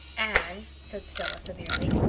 anne, said stella severely,